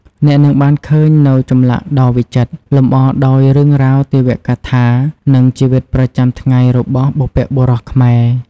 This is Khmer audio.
អ្នកនឹងបានឃើញនូវចម្លាក់ដ៏វិចិត្រ លម្អដោយរឿងរ៉ាវទេវកថា និងជីវិតប្រចាំថ្ងៃរបស់បុព្វបុរសខ្មែរ។